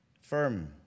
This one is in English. firm